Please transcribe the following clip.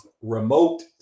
Remote